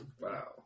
Wow